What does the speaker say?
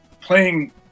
playing